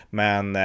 men